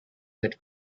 would